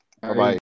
Bye-bye